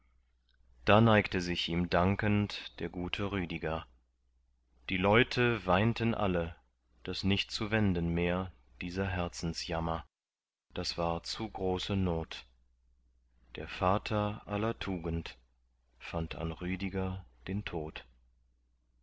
da neigte sich ihm dankend der gute rüdiger die leute weinten alle daß nicht zu wenden mehr dieser herzensjammer das war zu große not der vater aller tugend fand an rüdiger den tod